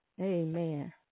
Amen